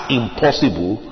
impossible